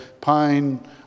pine